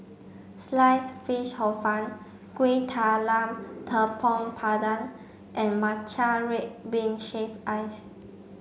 Sliced Fish Hor Fun Kueh Talam Tepong Pandan and Matcha Red Bean Shaved Ice